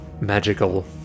magical